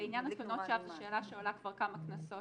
לעניין התלונות שווא זו שאלה שעולה כבר כמה כנסות,